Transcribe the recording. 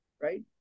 right